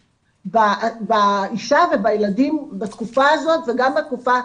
באישה ובילדים בתקופה הזאת וגם בתקופה.